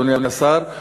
אדוני השר,